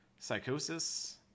psychosis